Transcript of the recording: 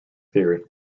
theory